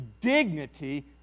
dignity